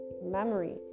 Memory